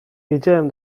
wiedziałem